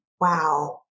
wow